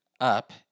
up